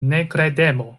nekredemo